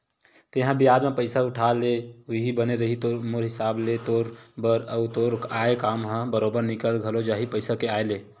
तेंहा बियाज म पइसा उठा ले उहीं बने रइही मोर हिसाब ले तोर बर, अउ तोर आय काम ह बरोबर निकल घलो जाही पइसा के आय ले